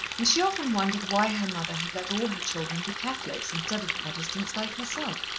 and she often wondered why her mother had let all her children be catholics, instead of protestants like herself.